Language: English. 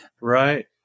Right